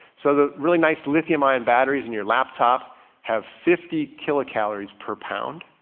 so the really nice lithium ion batteries and your laptop have fifty kilocalories per pound.